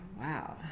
Wow